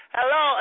Hello